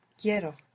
QUIERO